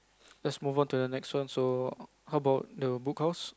let's move on to the next one so how about the Book House